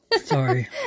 Sorry